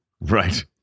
Right